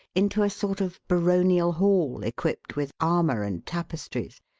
into a sort of baronial hall equipped with armour and tapestries,